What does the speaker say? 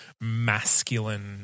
masculine